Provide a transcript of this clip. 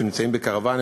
שנמצאים בקרוונים,